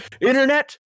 internet